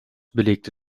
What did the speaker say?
belegte